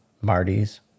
marty's